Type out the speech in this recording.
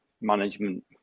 management